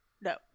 No